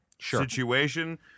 situation